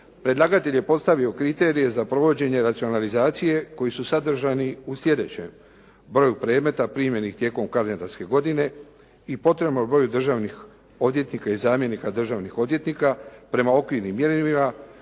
predlagatelj je postavio kriterije za provođenje racionalizacije koji su sadržani u sljedećem: broju predmeta primljenih tijekom kalendarske godine i potrebnom broju državnih odvjetnika i zamjenika državnih odvjetnika prema okvirnim mjerilima,